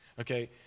Okay